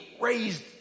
raised